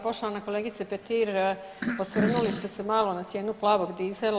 Poštovana kolegice Petir, osvrnuli ste se malo na cijenu plavog dizela.